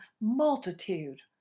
multitude